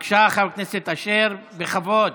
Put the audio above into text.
בבקשה, חבר הכנסת אשר, בכבוד.